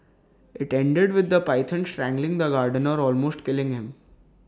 IT ended with the python strangling the gardener almost killing him